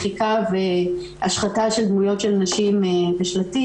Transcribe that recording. מחיקה והשחתה של דמויות של נשים בשלטים,